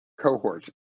cohorts